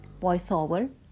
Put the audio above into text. voiceover